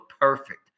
perfect